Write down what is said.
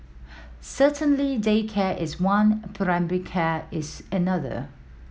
certainly daycare is one care is another